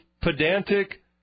pedantic